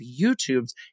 YouTube's